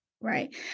Right